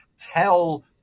tell